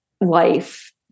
life